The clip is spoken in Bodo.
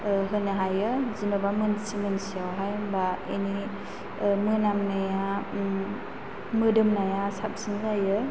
होनो हायो जेन'बा मोनसि मोनसियावहाय होनबा बेनि मोनामनाया मोदोमनाया साबसिन जायो